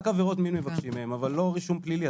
רק עבירות מין מבקשים הם, אבל לא רישום פלילי.